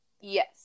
Yes